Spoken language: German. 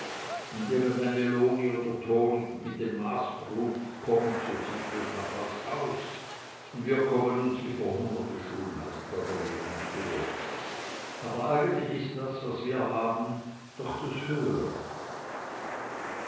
und irgendeine loni oder toni mit dem maßkrug kommt so sieht das nach was aus und wir kommen uns wie verhungerte schulmeister daneben vor aber eigentlich ist das was wir haben doch das höhere